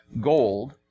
gold